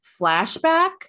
flashback